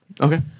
Okay